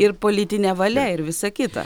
ir politinė valia ir visa kita